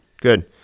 Good